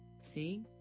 See